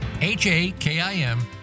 H-A-K-I-M